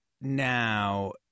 now